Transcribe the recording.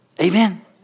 Amen